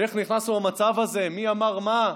איך נכנסנו למצב הזה, מי אמר מה,